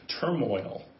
turmoil